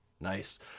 Nice